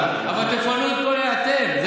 אבל תפנו את כל, אתם.